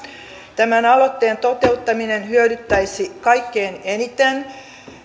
tämän aloitteen toteuttaminen hyödyttäisi kaikkein eniten